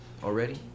Already